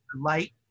light